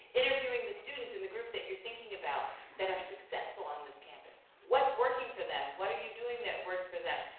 interviewing the students in the group that you're thinking about that are successful on this campus. what's working for them? what are you doing that works for them?